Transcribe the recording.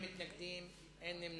בעד, 9, אין מתנגדים ואין נמנעים.